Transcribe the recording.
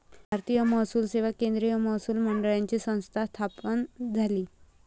भारतीय महसूल सेवा केंद्रीय महसूल मंडळाची संस्था स्थापन झाली